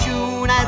June